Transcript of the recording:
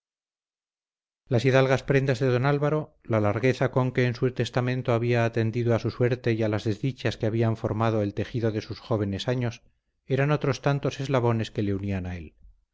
las hidalgas prendas de don álvaro la largueza con que en su testamento había atendido a su suerte y las desdichas que habían formado el tejido de sus jóvenes años eran otros tantos eslabones que le unían a él